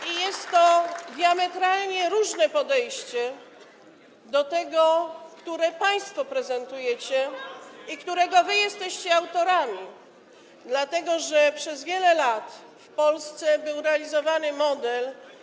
I jest to diametralnie różne podejście w porównaniu z tym, które państwo prezentujecie i którego jesteście autorami, dlatego że przez wiele lat w Polsce był realizowany model.